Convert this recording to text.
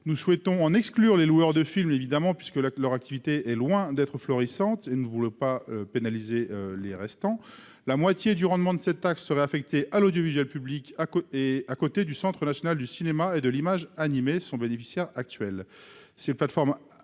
nous souhaitons en exclure les loueurs de films évidemment puisque la leur activité est loin d'être florissantes ne voulait pas pénaliser les restants la moitié du rendement de cette taxe serait affectée à l'audiovisuel public à côté et à côté du Centre national du cinéma et de l'image animée sont bénéficiaires actuels, c'est pas plateformes